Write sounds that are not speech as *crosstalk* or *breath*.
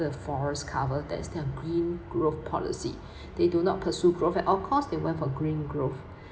the forest cover thats their green growth policy *breath* they do not pursue growth at all costs they went for green growth